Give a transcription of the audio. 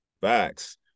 Facts